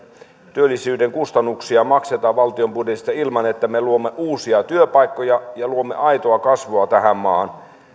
työllisyyden kustannuksia maksetaan valtion budjetista ilman että me luomme uusia työpaikkoja ja luomme aitoa kasvua tähän maahan